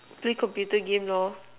play computer game lor